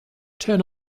turn